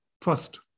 first